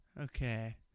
Okay